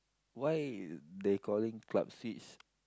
why they calling club switch